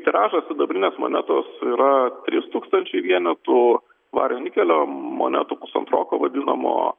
tiražas sidabrinės monetos yra trys tūkstančiai vienetų vario nikelio monetų pusantroko vadinamo